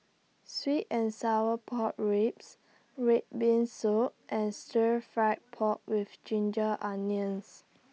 Sweet and Sour Pork Ribs Red Bean Soup and Stir Fried Pork with Ginger Onions